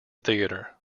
theater